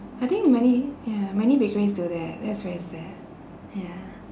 I think many ya many bakeries do that that's very sad ya